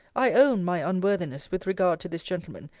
i own my unworthiness with regard to this gentleman.